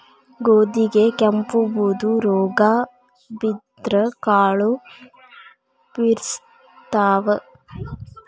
ಗೋಧಿಗೆ ಕೆಂಪು, ಬೂದು ರೋಗಾ ಬಿದ್ದ್ರ ಕಾಳು ಬರ್ಸತಾವ